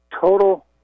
total